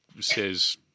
says